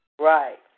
Right